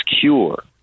cure